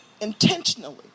intentionally